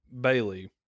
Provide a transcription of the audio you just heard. Bailey